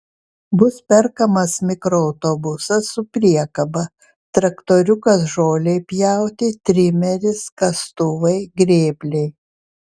bus perkamas mikroautobusas su priekaba traktoriukas žolei pjauti trimeris kastuvai grėbliai